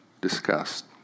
discussed